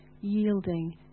yielding